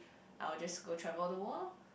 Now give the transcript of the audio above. I will just go travel the world lor